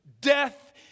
Death